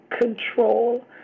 control